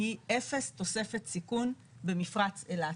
היא אפס תוספת סיכון במפרץ אילת,